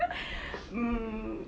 mm